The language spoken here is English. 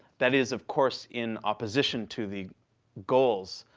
that is, of course, in opposition to the goals,